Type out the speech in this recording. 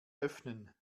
öffnen